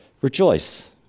Rejoice